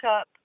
up